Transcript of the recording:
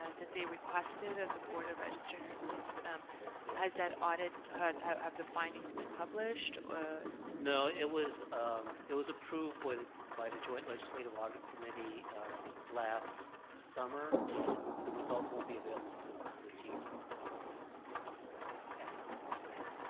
ah that they requested of the board of registered nurses yeah has that audit have the findings been published no it was um it was approved by the by the joint legislative audit committee last summer and the result won't be available till this year at the earliest okay thank you